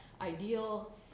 ideal